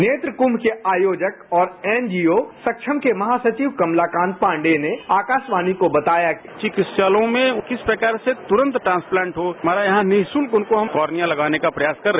नेत्र कुंभ के आयोजक और एनजीओ सक्षम के महासचिव कमलाकांत पांडेय ने आकाशवाणी को बताया चिकित्सालयों में किस प्रकार से त्रंत ट्रांसप्लांट हो हमारा यहां निःशुल्क उनको हम कोर्निया लगाने का प्रयास कर रहे